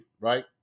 right